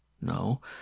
No